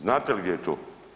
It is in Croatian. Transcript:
Znate li gdje je to?